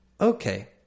Okay